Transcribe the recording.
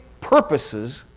purposes